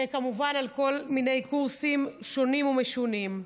וכמובן על כל מיני קורסים שונים ומשונים.